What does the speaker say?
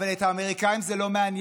אבל את האמריקאים זה לא מעניין.